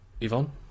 Yvonne